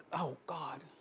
oh god.